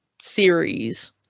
series